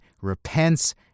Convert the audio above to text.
repents